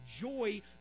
joy